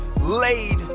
laid